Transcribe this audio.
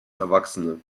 erwachsene